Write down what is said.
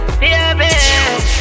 baby